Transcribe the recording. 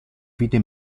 vide